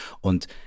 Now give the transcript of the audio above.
und